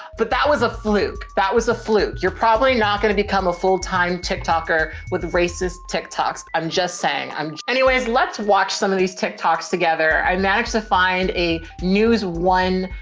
but that was a fluke. that was a fluke. you're probably not going to become a full time tech talker with racist tech talks. i'm just saying i'm anyways, let's watch some of these tech talks together. i managed to find a news one,